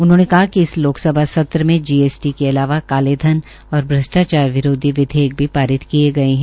उन्होने कहा कि इस लोकसभा सत्र में जीएसटी के अलावा काले धन और भ्रष्टाचार विरोधी विधेयक भी पारित किए गए है